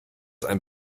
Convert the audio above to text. ein